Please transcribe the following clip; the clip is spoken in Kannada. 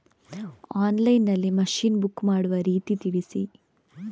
ಆನ್ಲೈನ್ ನಲ್ಲಿ ಮಷೀನ್ ಬುಕ್ ಮಾಡುವ ರೀತಿ ತಿಳಿಸಿ?